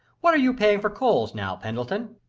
what are you paying for coals now, pendleton?